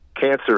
cancer